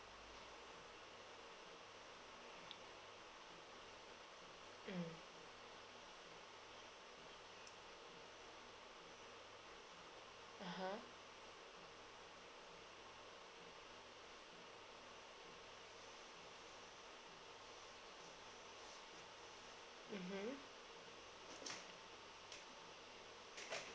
mm (uh huh) mmhmm